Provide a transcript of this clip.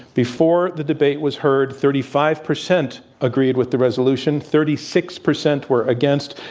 before the debate was heard, thirty five percent agreed with the resolution, thirty six percent were against,